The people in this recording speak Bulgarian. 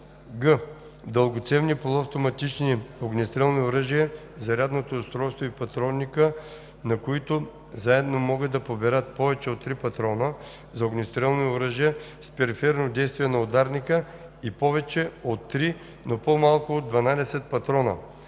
г) дългоцевни полуавтоматични огнестрелни оръжия, зарядното устройство и патронникът на които заедно могат да поберат повече от три патрона – за огнестрелни оръжия с периферно действие на ударника, и повече от три, но по-малко от дванадесет